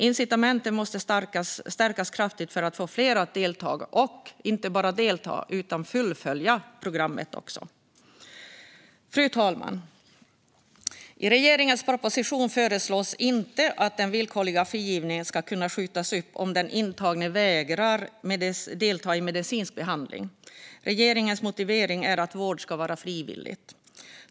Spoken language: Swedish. Incitamenten måste stärkas kraftigt för att få fler att inte bara delta i utan också fullfölja programmet. Fru talman! I regeringens proposition föreslås inte att den villkorliga frigivningen ska kunna skjutas upp om den intagne vägrar delta i medicinsk behandling. Regeringens motivering är att vård ska vara frivillig.